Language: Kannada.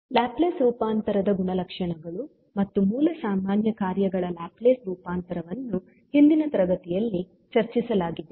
ಲ್ಯಾಪ್ಲೇಸ್ ರೂಪಾಂತರದ ಗುಣಲಕ್ಷಣಗಳು ಮತ್ತು ಮೂಲ ಸಾಮಾನ್ಯ ಕಾರ್ಯಗಳ ಲ್ಯಾಪ್ಲೇಸ್ ರೂಪಾಂತರವನ್ನು ಹಿಂದಿನ ತರಗತಿಗಳಲ್ಲಿ ಚರ್ಚಿಸಲಾಗಿದೆ